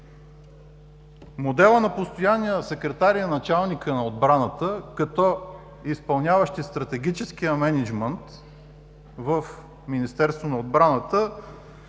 Моделът на постоянния секретар и на началника на отбраната, като изпълняващи стратегическия мениджмънт в Министерството на отбраната,